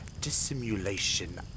dissimulation